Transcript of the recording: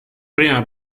prima